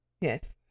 Yes